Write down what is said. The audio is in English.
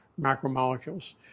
macromolecules